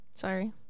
sorry